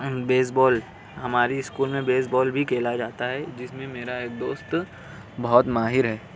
بیس بال ہماری اسکول میں baseball بھی کھیلا جاتا ہے جس میں میرا ایک دوست بہت ماہر ہے